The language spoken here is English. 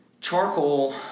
charcoal